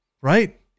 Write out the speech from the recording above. right